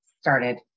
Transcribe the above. started